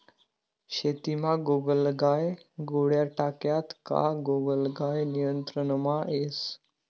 शेतीमा गोगलगाय गोळ्या टाक्यात का गोगलगाय नियंत्रणमा येस